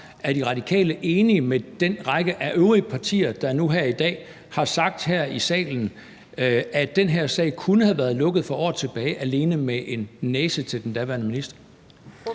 Er De Radikale enige med den række af øvrige partier, der nu her i dag har sagt her i salen, at den her sag kunne have været lukket for år tilbage med alene en næse til den daværende minister?